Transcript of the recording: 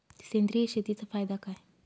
सेंद्रिय शेतीचा फायदा काय?